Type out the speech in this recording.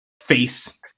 face